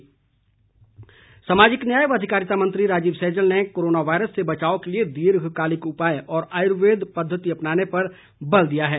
सैजल सामाजिक न्याय व अधिकारिता मंत्री राजीव सैजल ने कोरोना वायरस से बचाव के लिए दीर्घकालिक उपाय और आयुर्वेद पद्धति अपनाने पर बल दिया है